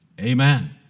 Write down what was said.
Amen